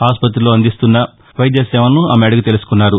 ఆస్పతిలో అందిస్తున్న వైద్యసేవలను ఆమె అడిగి తెలుసుకున్నారు